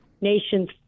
Nations